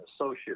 associate